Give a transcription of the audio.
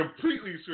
completely